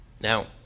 now